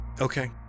Okay